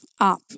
up